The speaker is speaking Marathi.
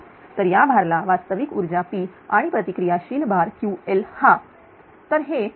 तर या भार ला वास्तविक ऊर्जा P आणि प्रतिक्रिया शील भारQl हा